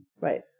Right